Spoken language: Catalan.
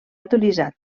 utilitzat